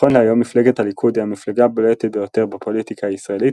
נכון להיום מפלגת הליכוד היא המפלגה הבולטת ביותר בפוליטיקה הישראלית